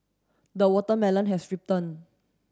the watermelon has ripen